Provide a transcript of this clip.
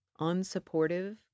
unsupportive